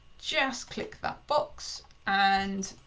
just click that box and